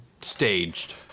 staged